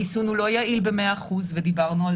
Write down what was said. החיסון הוא לא יעיל ב-100% ודיברנו על